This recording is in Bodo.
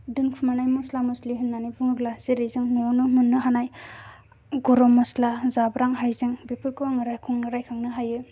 दोनखुमानाय मसला मसलि होन्नानै बुङोब्ला जेरै जोङो नआवनो मोन्नो हानाय गरम मसला जाब्रां हायजें बेफोरखौ आङो रायखं रायखांनो हायो